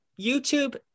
youtube